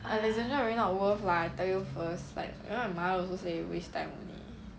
alexandra really not worth lah I tell you first even my mother also say waste time only